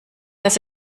dass